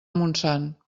montsant